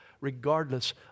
regardless